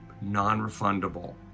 non-refundable